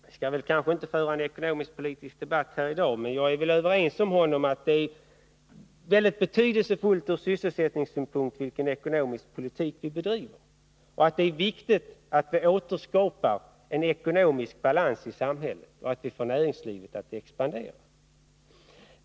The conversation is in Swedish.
Vi skall kanske inte föra en ekonomisk-politisk debatt i dag, men jag vill säga att jag är överens med Ingemar Eliasson om att det ur sysselsättningssynpunkt är väldigt betydelsefullt vilken ekonomisk politik vi bedriver, att det är viktigt att vi återskapar en ekonomisk balans i samhället och att vi får näringslivet att expandera.